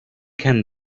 kennen